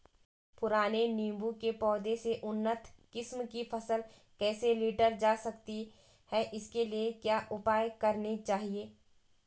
पुराने नीबूं के पौधें से उन्नत किस्म की फसल कैसे लीटर जा सकती है इसके लिए क्या उपाय करने चाहिए?